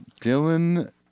Dylan